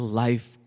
life